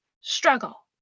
struggle